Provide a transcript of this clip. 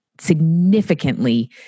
significantly